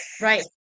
Right